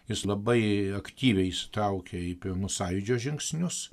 jis labai aktyviai įsitraukė į pirmus sąjūdžio žingsnius